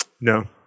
no